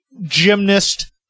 gymnast